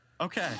Okay